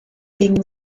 wegen